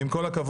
ועם כל הכבוד,